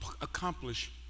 accomplish